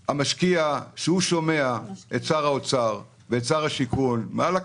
כאשר המשקיעים שומעים את שר האוצר ואת שר השיכון אומרים